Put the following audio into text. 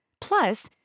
plus